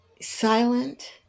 silent